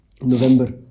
November